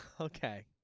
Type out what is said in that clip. Okay